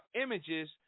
images